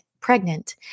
pregnant